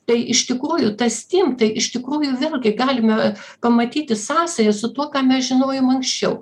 tai iš tikrųjų tas stim tai iš tikrųjų vėlgi galime pamatyti sąsają su tuo ką mes žinojom anksčiau